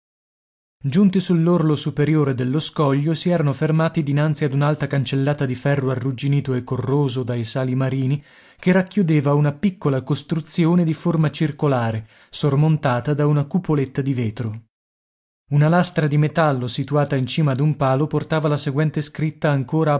giunti sull'orlo superiore dello scoglio si erano fermati dinanzi ad un'alta cancellata di ferro arrugginito e corroso dai sali marini che racchiudeva una piccola costruzione di forma circolare sormontata da una cupoletta di vetro una lastra di metallo situata in cima ad un palo portava la seguente scritta ancora